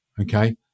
okay